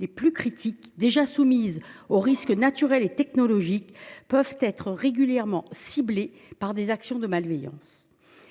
les plus critiques, déjà soumises aux risques naturels et technologiques, peuvent être régulièrement ciblées par des actions malveillantes.